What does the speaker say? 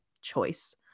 choice